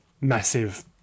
massive